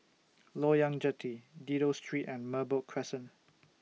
Loyang Jetty Dido Street and Merbok Crescent